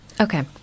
Okay